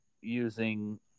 using